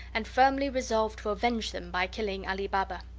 and firmly resolved to avenge them by killing ali baba.